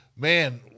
Man